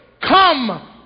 come